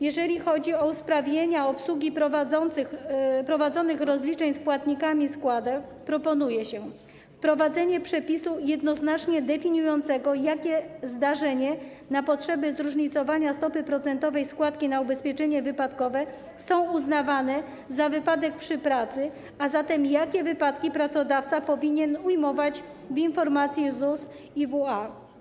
Jeżeli chodzi o usprawnienie obsługi prowadzonych rozliczeń z płatnikami składek, proponuje się wprowadzenie przepisu jednoznacznie definiującego, jakie zdarzenia na potrzeby różnicowania stopy procentowej składki na ubezpieczenie wypadkowe są uznawane za wypadek przy pracy, a zatem jakie wypadki pracodawca powinien ujmować w informacji ZUS IWA.